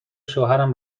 شوهرم